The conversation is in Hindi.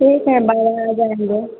ठीक है बाबा आ जाएँगे